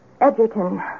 Edgerton